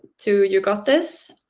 to you got this,